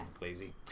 lazy